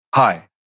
Hi